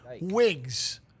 wigs